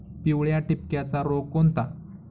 पिवळ्या ठिपक्याचा रोग कोणता?